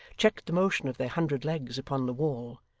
checked the motion of their hundred legs upon the wall,